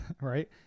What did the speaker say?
right